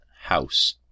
house